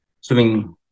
swimming